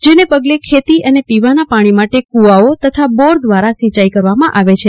જેને પગલ ખેતી અને પીવાના પાણી માટે કુવાઓ તથા બોટ દવારા સિંચાઈ કરવામાં આવે છે